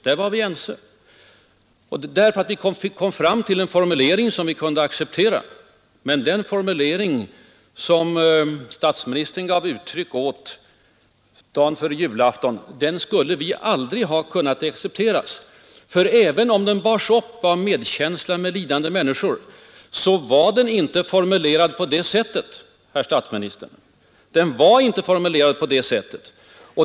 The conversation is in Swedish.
Det blev vi eftersom vi kom fram till en formulering som mitt parti kunde acceptera. Men det ordval som statsministern använde dagen före julafton skulle vi aldrig ha kunnat acceptera. Även om uttalandet bars upp av medkänsla med ”lidande människor”, var det inte formulerat på det sättet, herr statsminister.